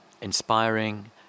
Inspiring